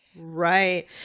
Right